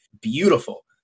beautiful